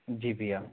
जी भैया